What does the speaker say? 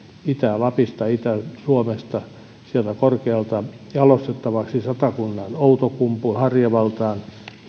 itä lapista itä suomesta sieltä korkealta jalostettavaksi satakunnan outokumpu harjavaltaan